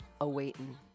awaiting